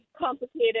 complicated